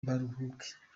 baruhuke